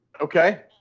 Okay